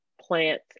plant